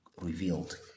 revealed